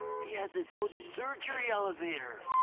he has his own surgery elevator.